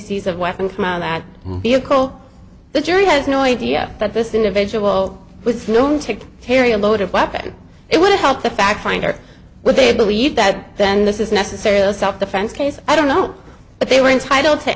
sees of weapon from that vehicle the jury has no idea that this individual was known to carry a loaded weapon it would help the fact finder where they believe that then this is necessary a self defense case i don't know but they were entitled to